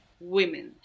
women